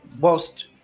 Whilst